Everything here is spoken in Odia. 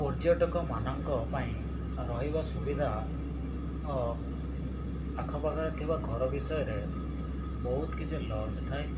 ପର୍ଯ୍ୟଟକ ମାନଙ୍କ ପାଇଁ ରହିବା ସୁବିଧା ଆଖପାଖରେ ଥିବା ଘର ବିଷୟରେ ବହୁତ କିଛି ଲଜ୍ ଥାଏ